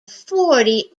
forty